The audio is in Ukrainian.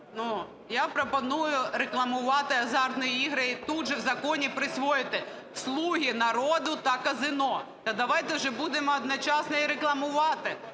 Я пропоную рекламувати азартні ігри і тут же в законі присвоїти: "Слуги народу" та казино. Та давайте вже будемо одночасно і рекламувати,